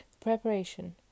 Preparation